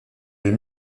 des